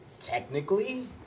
technically